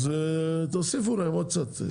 תוסיפו להם עוד קצת.